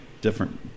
different